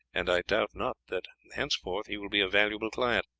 and i doubt not that henceforth he will be a valuable client,